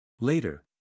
Later